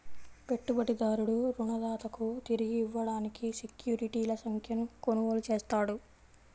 పెట్టుబడిదారుడు రుణదాతకు తిరిగి ఇవ్వడానికి సెక్యూరిటీల సంఖ్యను కొనుగోలు చేస్తాడు